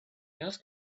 asked